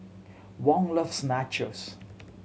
Wong loves Nachos